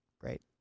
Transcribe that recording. Great